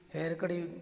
ਫੇਰ ਘੜੀ